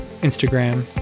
Instagram